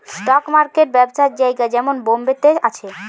stock market ব্যবসার জায়গা যেমন বোম্বে তে আছে